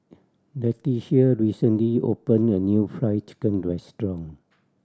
Letitia recently opened a new Fried Chicken restaurant